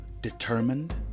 determined